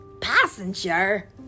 Passenger